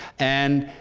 and